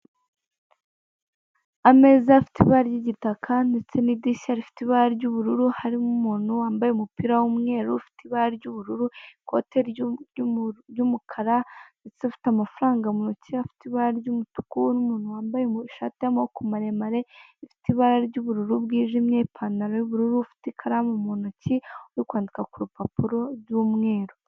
Ameza afite ibara ry'igitaka ndetse n'idirishya rifite ibara ry'ubururu harimo umuntu wambaye umupira w'umweru ufite ibara ry'ubururu ikote ry'umukara ndetse ufite amafaranga mu ntoki afite ibara ry'umutuku, n'umuntu wambaye ishati y'amaboko maremare ifite ibara ry'ubururu bwijimye ipantaro y'ubururu ufite ikaramu mu ntoki, uri kwandika ku rupapuro rw'umweru.